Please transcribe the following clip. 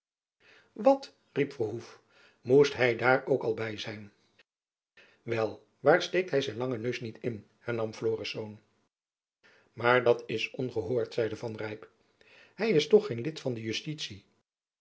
wat riep verhoef moest hy dààr ook al by zijn wel waar steekt hy zijn langen neus niet in hernam florisz maar dat is ongehoord zeide van rijp hy is toch geen lid van de justitie